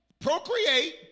procreate